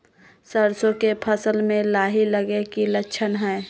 सरसों के फसल में लाही लगे कि लक्षण हय?